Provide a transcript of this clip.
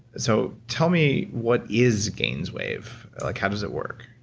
so tell me what is gainswave, like how does it work?